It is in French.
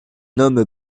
homme